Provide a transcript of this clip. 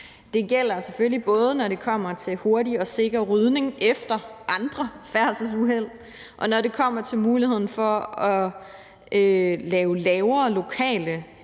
Det gælder selvfølgelig både, når det kommer til hurtig og sikker rydning efter andre færdselsuheld, og når det kommer til muligheden for at lave lavere lokale